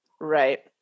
Right